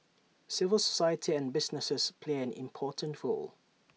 civil society and businesses play an important role